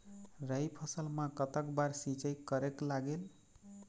राई फसल मा कतक बार सिचाई करेक लागेल?